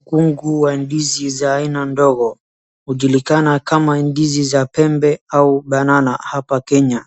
Mkungu wa ndizi za aina ndogo hujulikana kama ndizi za pembe au banana hapa Kenya.